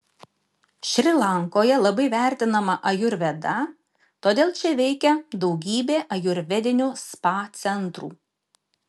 šri lankoje labai vertinama ajurveda todėl čia veikia daugybė ajurvedinių spa centrų